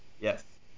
Yes